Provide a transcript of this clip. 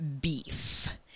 beef